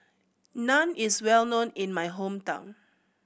naan is well known in my hometown